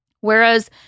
Whereas